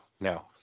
no